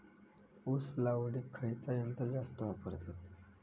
ऊस लावडीक खयचा यंत्र जास्त वापरतत?